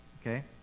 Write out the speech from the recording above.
Okay